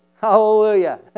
Hallelujah